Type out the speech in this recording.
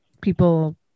people